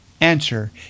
Answer